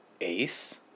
ace